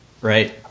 Right